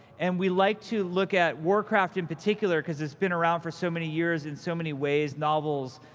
and we like to look at warcraft in particular, because it's been around for so many years, in so many ways novels,